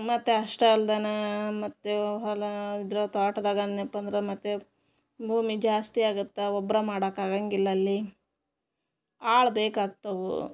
ಮತ್ತು ಅಷ್ಟೇ ಅಲ್ದೇನಾ ಮತ್ತು ಹೊಲ ಇದ್ರೆ ತೋಟದಾಗ ಅಂದ್ನೆಪ್ಪ ಅಂದ್ರೆ ಮತ್ತೆ ಭೂಮಿ ಜಾಸ್ತಿ ಆಗುತ್ತೆ ಒಬ್ರು ಮಾಡಕ್ಕೆ ಆಗಂಗಿಲ್ಲ ಅಲ್ಲಿ ಆಳು ಬೇಕಾಗ್ತವೆ